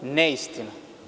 Neistina.